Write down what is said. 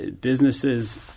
Businesses